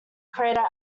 crater